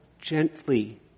gently